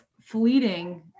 fleeting